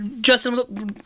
Justin